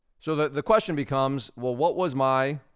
so the the question becomes, well, what was my,